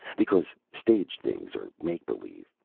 because stage things are make-believe,